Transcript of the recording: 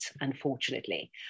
unfortunately